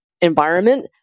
environment